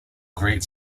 great